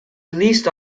released